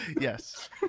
yes